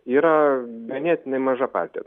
yra ganėtinai maža partija